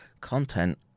content